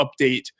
update